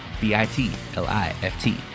B-I-T-L-I-F-T